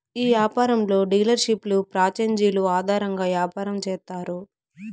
ఈ యాపారంలో డీలర్షిప్లు ప్రాంచేజీలు ఆధారంగా యాపారం చేత్తారు